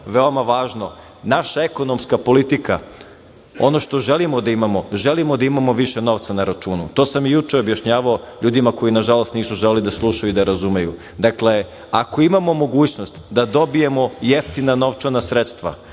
veoma važno, naša ekonomska politika, ono što želimo da imamo, želimo da imamo više novca na računu. To sam i juče objašnjavao ljudima koji na žalost nisu želeli da slušaju i da razumeju. Dakle, ako imamo mogućnost da dobijemo jeftina novčana sredstva,